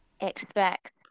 expect